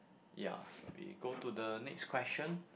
ya we go to the next question